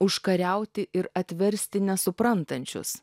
užkariauti ir atversti nesuprantančius